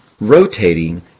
rotating